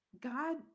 God